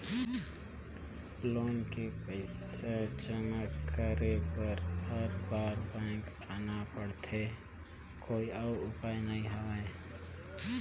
Loan के पईसा जमा करे बर हर बार बैंक आना पड़थे कोई अउ उपाय नइ हवय?